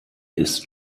ist